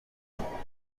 ans